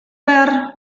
behar